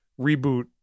reboot